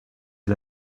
est